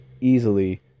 easily